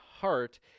heart